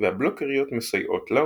והבלוקריות מסייעות לה,